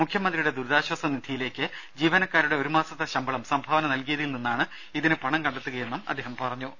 മുഖ്യമന്ത്രിയുടെ ദുരിതാശ്വാസ നിധിയിലേക്ക് ജീവനക്കാരുടെ ഒരു മാസത്തെ ശമ്പളം സംഭാവന നൽകിയതിൽ നിന്നാണ് ഇതിനുള്ള പണം കണ്ടെത്തുകയെന്നും അദ്ദേഹം പറഞ്ഞു